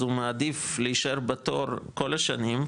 אז הוא מעדיף להישאר בתור כל השנים,